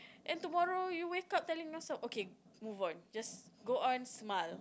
and tomorrow you wake up telling yourself okay move on just go on smile